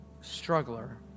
struggler